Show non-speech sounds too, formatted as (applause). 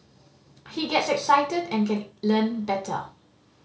(noise) he gets excited and can learn better